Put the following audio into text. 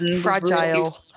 Fragile